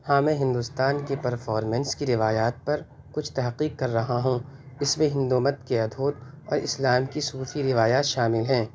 ہاں میں ہندوستان کی پرفارمنس کی روایات پر کچھ تحقیق کر رہا ہوں اس میں ہندو مت کے اودھوت اور اسلام کی صوفی روایات شامل ہیں